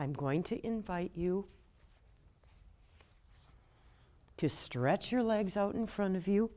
i'm going to invite you to stretch your legs out in front of you